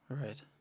Right